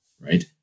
right